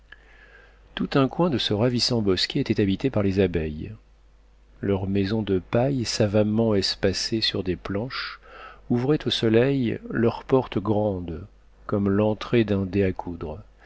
tout un coin de ce ravissant bosquet était habité par les abeilles leurs maisons de paille savamment espacées sur les planches ouvraient au soleil leurs portes grandes comme l'entrée d'un dé à coudre